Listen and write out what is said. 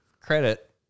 credit